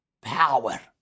power